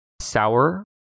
sour